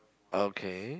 okay